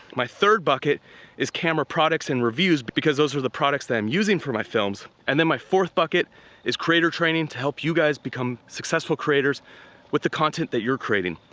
my third bucket is camera products and reviews because those are the products that i'm using for my films. and then my fourth bucket is creator training to help you guys become successful creators with the content that you're creating.